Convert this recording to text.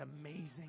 amazing